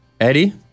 Eddie